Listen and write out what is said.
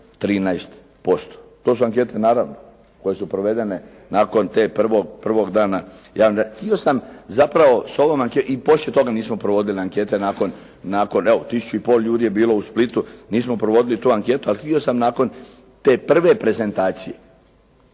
13%. To su ankete naravno koje su provedene nakon te, prvog dana javne, htio sam zapravo s ovom, i poslije toga nismo provodili ankete nakon, evo tisuću i pol ljudi je bilo u Splitu. Nismo provodili tu anketu. Ali htio sam nakon te prve prezentacije